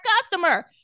customer